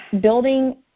building